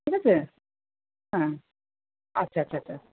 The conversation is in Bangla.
ঠিক আছে হ্যাঁ আচ্ছা আচ্ছা আচ্ছা